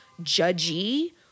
judgy